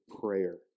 prayer